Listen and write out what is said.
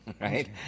right